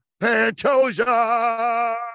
Pantosia